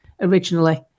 originally